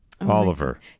oliver